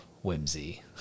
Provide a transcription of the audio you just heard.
whimsy